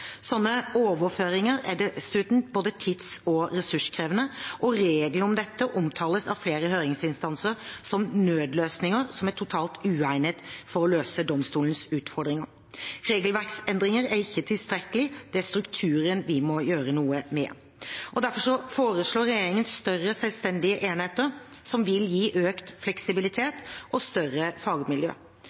overføringer er dessuten både tidkrevende og ressurskrevende, og reglene om dette omtales av flere høringsinstanser som nødløsninger som er totalt uegnede for å løse domstolenes utfordringer. Regelverksendringer er ikke tilstrekkelige; det er strukturen vi må gjøre noe med. Derfor foreslår regjeringen større, selvstendige enheter, som vil gi økt fleksibilitet og større fagmiljø.